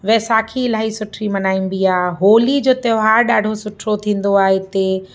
वैसाखी इलाही सुठी मनाइबी आहे होली जो त्योहारु ॾाढो सुठो थींदो आहे हिते